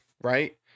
right